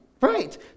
right